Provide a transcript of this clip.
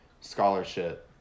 scholarship